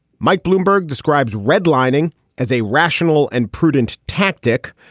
mike bloomberg describes redlining as a rational and prudent tactic.